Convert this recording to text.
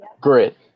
Great